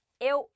Eu